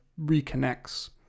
reconnects